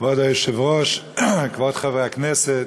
כבוד היושב-ראש, כבוד חברי הכנסת,